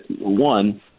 one